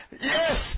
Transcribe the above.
yes